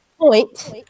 point